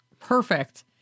perfect